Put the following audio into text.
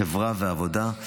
החברה והעבודה,